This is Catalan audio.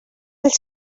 els